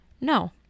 No